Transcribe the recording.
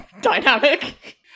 dynamic